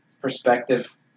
perspective